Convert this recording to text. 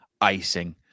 icing